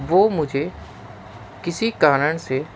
وہ مجھے کسی کارن سے